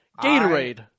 Gatorade